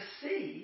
see